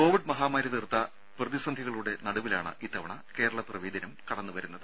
Covid മഹാമാരി തീർത്ത പ്രതിസന്ധികളുടെ നടുവിലാണ് ഇത്തവണ കേരളപ്പിറവി ദിനം കടന്നുവരുന്നത്